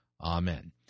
Amen